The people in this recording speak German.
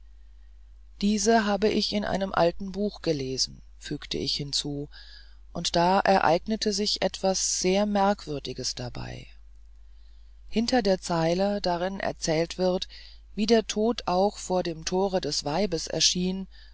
diese habe ich in einem alten buche gelesen fügte ich hinzu und da ereignete sich etwas sehr merkwürdiges dabei hinter der zeile darin erzählt wird wie der tod auch vor dem tore des weibes er